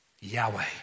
Yahweh